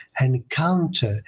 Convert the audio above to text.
encounter